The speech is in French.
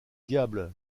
diables